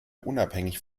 unabhängig